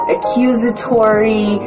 Accusatory